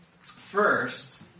First